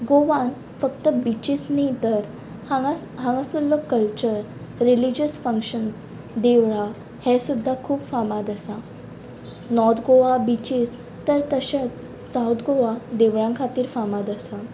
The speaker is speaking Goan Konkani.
गोवान फक्त बिचीस न्ही तर हांगास हांगासल्लो कल्चर रिलिज्यस फंक्शंस देवळां हें सुद्दां खूब फामाद आसा नॉर्थ गोवा बिचीस तर तशेंच सावथ गोवा देवळांक खातीर फामाद आसा